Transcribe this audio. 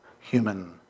human